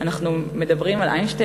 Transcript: אנחנו לא נהיה מעצמה